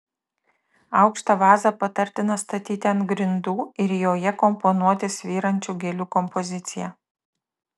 aukštą vazą patartina statyti ant grindų ir joje komponuoti svyrančių gėlių kompoziciją